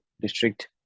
district